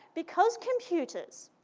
because computers,